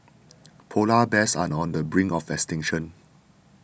Polar Bears are on the brink of extinction